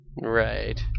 Right